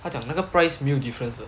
他讲那个 price 没有 difference 的